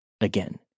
again